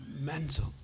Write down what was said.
mental